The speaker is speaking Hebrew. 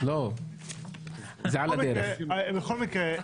בכל מקרה,